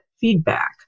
feedback